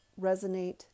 resonate